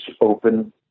open